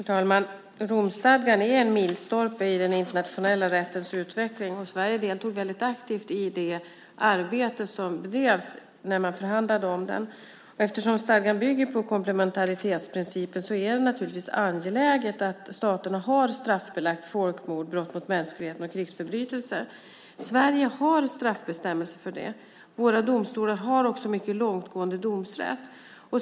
Fru talman! Romstadgan är en milstolpe i den internationella rättens utveckling, och Sverige deltog väldigt aktivt i arbetet med att förhandla fram den. Eftersom stadgan bygger på komplementaritetsprincipen är det naturligtvis angeläget att staterna har straffbelagt folkmord, brott mot mänskligheten och krigsförbrytelser. Sverige har straffbestämmelser för detta. Våra domstolar har också mycket långtgående domsrätt.